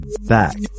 back